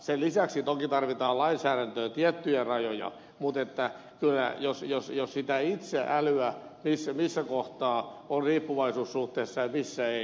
sen lisäksi toki tarvitaan lainsäädäntöön tiettyjä rajoja mutta itse pitää älytä missä kohtaa on riippuvaisuussuhteessa ja missä ei